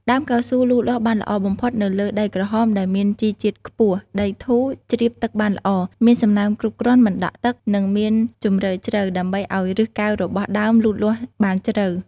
ដើមកៅស៊ូលូតលាស់បានល្អបំផុតនៅលើដីក្រហមដែលមានជីជាតិខ្ពស់ ដីធូរ ជ្រាបទឹកបានល្អ មានសំណើមគ្រប់គ្រាន់ មិនដក់ទឹក និងមានជម្រៅជ្រៅ ដើម្បីឱ្យឫសកែវរបស់ដើមលូតលាស់បានជ្រៅ។